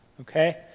okay